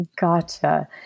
Gotcha